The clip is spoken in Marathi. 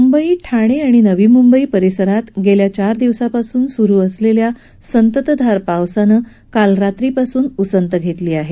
मुंबई ठाणे आणि नवी मुंबई परिसरात गेल्या चार दिवसापासून सुरु असलेल्या संततधार पावसानं काल रात्रीपासून उसंत घेतली आहे